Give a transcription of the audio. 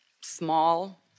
small